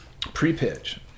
pre-pitch